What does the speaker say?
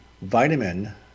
vitamin